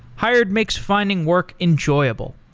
hired makes finding work enjoyable.